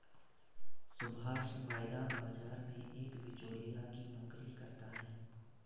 सुभाष वायदा बाजार में एक बीचोलिया की नौकरी करता है